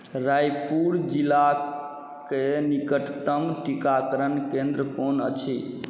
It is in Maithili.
रायपुर जिला कए निकटतम टीकाकरण केंद्र कोन अछि